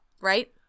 right